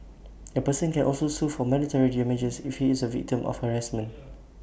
A person can also sue for monetary damages if he is A victim of harassment